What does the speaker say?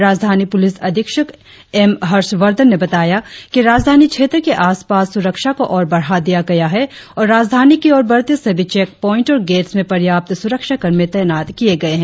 राजधानी पुलिस अधीक्षक एम हर्षवर्धन ने बताया कि राजधानी क्षेत्र के आस पास सुरक्षा को और बढ़ा दिया गया है और राजधानी की और बढ़ते सभी चैक पाँईंटस् और गेटस् में पर्याप्त सुरक्षा कर्मी तैनात किए गए है